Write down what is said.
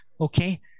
Okay